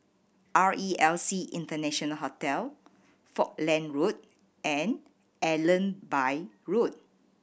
R E L C International Hotel Falkland Road and Allenby Road